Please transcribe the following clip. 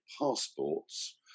passports